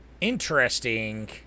interesting